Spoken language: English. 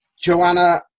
Joanna